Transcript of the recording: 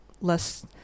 less